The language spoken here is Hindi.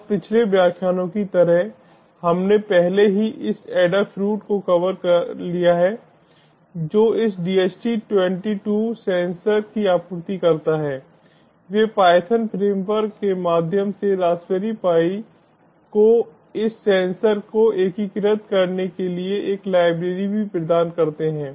अब पिछले व्याख्यानों की तरह हमने पहले ही इस Adafruit को कवर कर लिया है जो इस DHT 22 सेंसर की आपूर्ति करता है वे पायथन फ्रेमवर्क के माध्यम से रासबेरी पाई को इस सेंसर को एकीकृत करने के लिए एक लाइब्रेरी भी प्रदान करते हैं